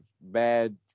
bad